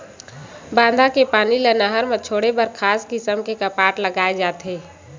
बांधा के पानी ल नहर म छोड़े बर खास किसम के कपाट लगाए जाथे